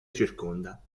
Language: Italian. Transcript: circonda